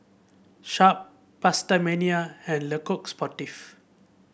Sharp PastaMania and Le Coq Sportif